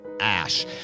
Ash